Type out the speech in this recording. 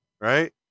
Right